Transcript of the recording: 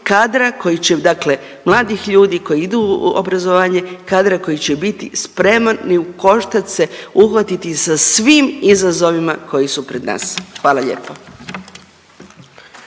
kadra koji će dakle mladih ljudi koji idu u obrazovanje, kadra koji će biti spreman i u koštac se uhvatiti sa svim izazovima koji su pred nas. Hvala lijepo.